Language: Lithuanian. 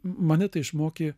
mane tai išmokė